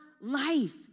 life